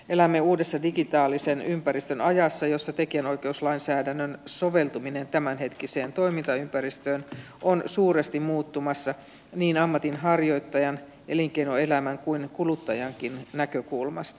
elämme uudessa digitaalisen ympäristön ajassa jossa tekijänoikeuslainsäädännön soveltuminen tämänhetkiseen toimintaympäristöön on suuresti muuttumassa niin ammatinharjoittajan elinkeinoelämän kuin kuluttajankin näkökulmasta